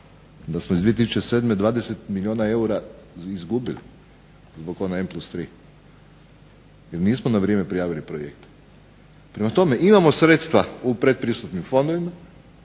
da smo iz 2007. 20 milijuna eura izgubili zbog onaj M+3 jer nismo na vrijeme prijavili projekte. Prema tome, imamo sredstva u pretpristupnim fondovima